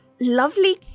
lovely